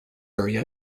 area